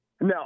No